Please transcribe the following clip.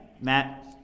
Matt